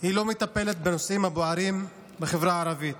היא לא מטפלת בנושאים הבוערים בחברה הערבית.